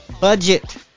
budget